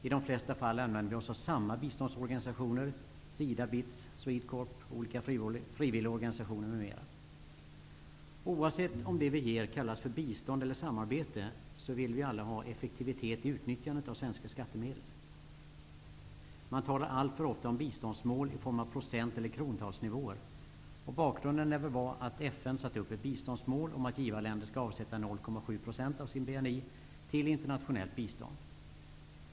I de flesta fall använder vi oss av samma biståndsorganisationer -- SIDA, BITS, Swedecorp, olika frivilligorganisationer, m.m. Oavsett om det vi ger kallas bistånd eller samarbete, vill vi alla ha effektivitet i utnyttjandet av svenska skattemedel. Man talar alltför ofta om biståndsmål i form av procent eller krontalsnivåer. Bakgrunden lär väl vara att FN satt upp ett biståndsmål om att givarländer ska avsätta 0,7 % av sin BNI till internationellt bistånd.